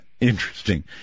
interesting